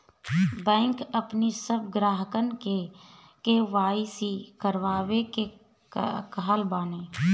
bank अपनी सब ग्राहकन के के.वाई.सी करवावे के कहत बाने